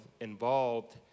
involved